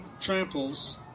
tramples